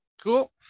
Cool